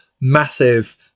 massive